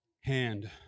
hand